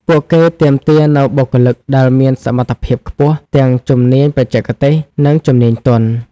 ពួកគេទាមទារនូវបុគ្គលិកដែលមានសមត្ថភាពខ្ពស់ ទាំងជំនាញបច្ចេកទេស និងជំនាញទន់។